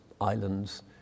islands